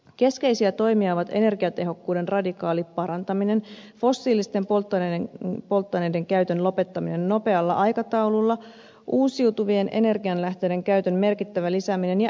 keskeisiä toimia ovat energiatehokkuuden radikaali parantaminen fossiilisten polttoaineiden käytön lopettaminen nopealla aikataululla uusiutuvien energianlähteiden käytön merkittävä lisääminen ja elämäntavan muutokset